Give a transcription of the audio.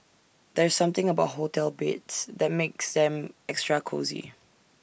there's something about hotel beds that makes them extra cosy